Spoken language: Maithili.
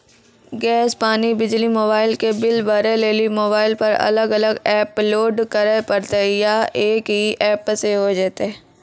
गैस, पानी, बिजली, मोबाइल के बिल भरे लेली मोबाइल पर अलग अलग एप्प लोड करे परतै या एक ही एप्प से होय जेतै?